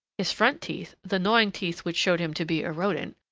his front teeth, the gnawing teeth which showed him to be a rodent,